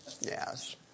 Yes